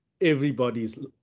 everybody's